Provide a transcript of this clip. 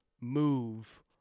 move